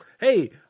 Hey